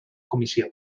comissió